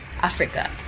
Africa